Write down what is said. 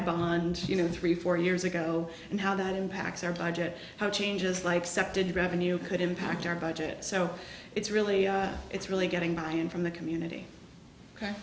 a bond you know three four years ago and how that impacts our budget how changes like septic revenue could impact our budget so it's really it's really getting buy in from the community